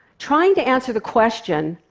trying to answer the question,